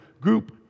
group